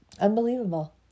Unbelievable